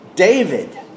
David